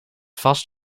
vast